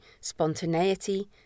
spontaneity